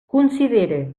considere